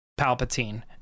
Palpatine